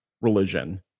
religion